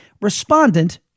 respondent